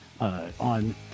on